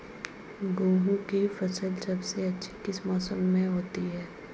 गेंहू की फसल सबसे अच्छी किस मौसम में होती है?